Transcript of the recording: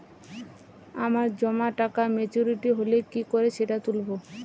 আমার জমা টাকা মেচুউরিটি হলে কি করে সেটা তুলব?